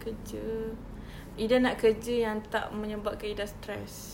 kerja ida nak kerja yang tak menyebabkan ida stress